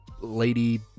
lady